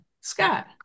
Scott